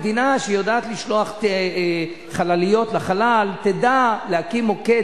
מדינה שיודעת לשלוח חלליות לחלל תדע להקים מוקד,